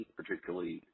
particularly